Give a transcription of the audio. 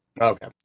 Okay